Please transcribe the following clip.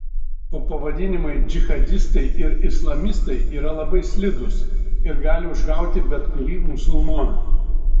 o pavadinimai džihadistai ir islamistai yra labai slidūs ir gali užgauti bet kurį musulmoną